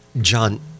John